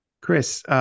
Chris